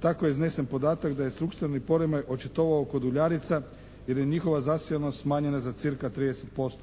Tako je iznesen podatak da je strukturalni …/Govornik se ne razumije./… očitovao kod uljarica jer je njihova zasijanost smanjena za cca. 30%.